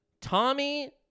Tommy